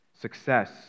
success